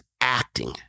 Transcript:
acting